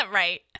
right